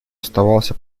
оставался